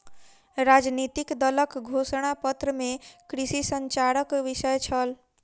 राजनितिक दलक घोषणा पत्र में कृषि संचारक विषय छल